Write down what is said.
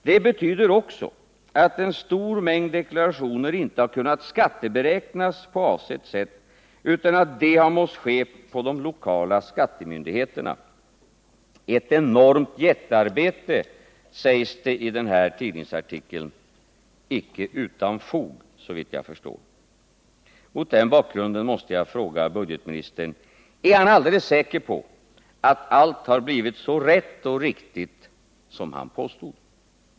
Det betyder också att en stor mängd deklarationer inte har kunnat skatteberäknas på avsett sätt, utan detta måste ske på de lokala skattemyndigheterna — ett enormt jättearbete, sägs det i den här tidningsartikeln, icke utan fog, såvitt jag förstår. Mot den bakgrunden måste jag fråga budgetministern: Är budgetministern alldeles säker på att allt har blivit så rätt och riktigt som han påstår?